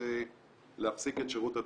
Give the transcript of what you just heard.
שרוצה להפסיק את שירות התשלום,